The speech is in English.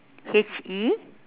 H E